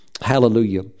Hallelujah